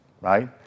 right